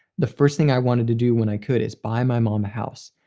the first thing i wanted to do when i could is buy my mom a house.